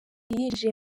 yinjiye